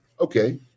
okay